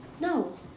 No